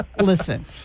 listen